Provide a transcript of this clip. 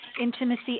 intimacy